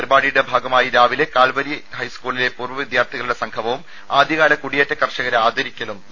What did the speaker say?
പരിപാടിയുടെ ഭാഗമായി രാവിലെ കാൽവരി ഹൈസ്കൂളിലെ പൂർവ്വ വിദ്യാർത്ഥികളുടെ സംഗമവും ആദ്യകാല കുടിയേറ്റ കർഷകരെ ആദരിക്കലും നടത്തും